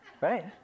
right